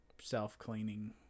self-cleaning